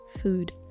food